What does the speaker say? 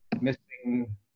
Missing